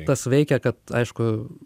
tas veikė kad aišku